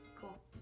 Cool